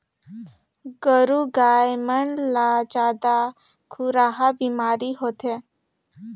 गोरु गाय मन ला जादा खुरहा बेमारी होथे